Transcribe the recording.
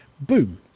boom